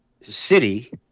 city